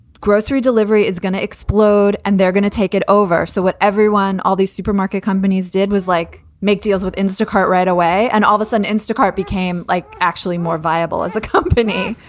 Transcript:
grocery delivery is going to explode and they're going to take it over. so what everyone. all these supermarket companies did was like make deals with in-store cart right away and oveson in-store cart became like actually more viable as a company,